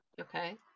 Okay